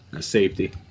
safety